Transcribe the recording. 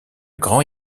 grand